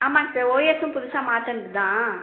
ஆமாங்க சார் ஓஎஸ்ஸும் புதுசா மாற்றினது தான்